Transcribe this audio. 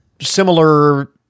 similar